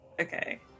Okay